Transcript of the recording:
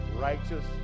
righteous